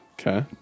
Okay